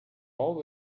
all